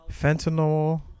fentanyl